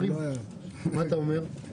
מה אתה אומר?